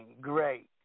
great